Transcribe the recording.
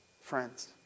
friends